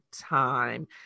time